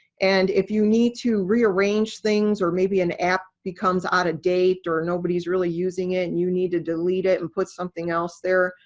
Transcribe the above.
and if you need to rearrange things, or maybe an app becomes out of date, or nobody's really using it and you need to delete it and put something else there,